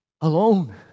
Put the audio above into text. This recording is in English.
alone